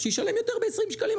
שישלם יותר ב-20 שקלים,